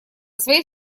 своей